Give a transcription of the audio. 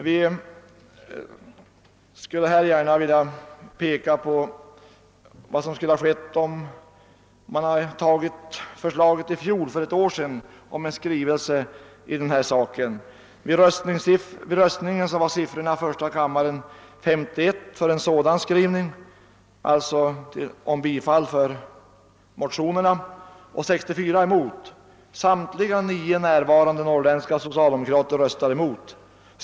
Jag vill gärna tala om vad som skulle ha skett om man för ett år sedan varit positivt inställd till förslaget om en skrivelse i frågan. Vid röstningen var siffrorna i första kammaren 51 för en skrivning som innebar bifall till motionerna och 64 emot. Samtliga 9 närvarande norrländska socialdemokrater röstade emot.